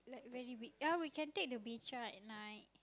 very big yeah we can take the beca at night